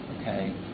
okay